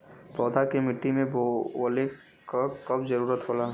पौधा के मिट्टी में बोवले क कब जरूरत होला